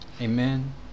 Amen